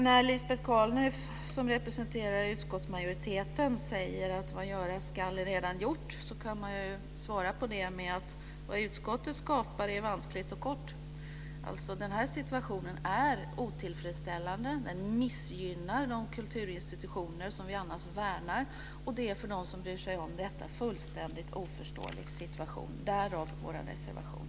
När Lisbet Calner, som representerar utskottsmajoriteten, säger att "vad göras skall är allaredan gjort", kan man svara med att säga att vad utskottet skapar är vanskligt och kort. Den här situationen är otillfredsställande, den missgynnar de kulturinstitutioner som vi annars värnar. Det är för dem som bryr sig om detta en fullständigt oförståelig situation - därav vår reservation.